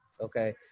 okay